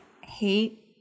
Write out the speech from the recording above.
hate